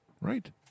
right